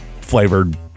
flavored